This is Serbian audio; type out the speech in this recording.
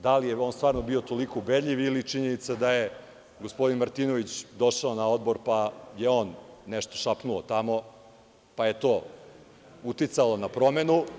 Da li je on stvarno bio toliko ubedljiv ili činjenica da je gospodin Martinović došao na odbor, pa je on nešto šapnuo tamo, pa je to uticalo na promenu?